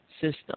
system